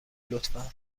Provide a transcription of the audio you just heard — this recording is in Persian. لطفا